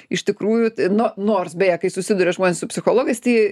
iš tikrųjų no nors beje kai susiduria žmonės su psichologais tai